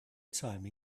time